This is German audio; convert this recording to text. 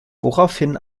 woraufhin